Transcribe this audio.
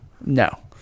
No